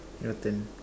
Newton